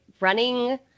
running